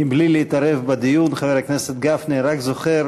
בלי להתערב בדיון, חבר הכנסת גפני רק זוכר